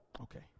Okay